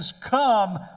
come